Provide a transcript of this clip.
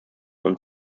und